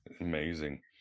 Amazing